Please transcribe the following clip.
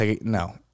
No